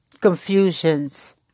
confusions